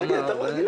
כמה "לא הרבה"?